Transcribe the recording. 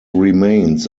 remains